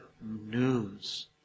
news